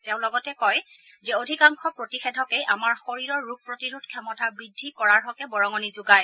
তেওঁ লগতে কয় যে অধিকাংশ প্ৰতিষেধকেই আমাৰ শৰীৰৰ ৰোগ প্ৰতিৰোধ ক্ষমতা বৃদ্ধি কৰাৰহকে বৰঙণি যোগায়